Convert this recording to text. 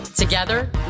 Together